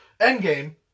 Endgame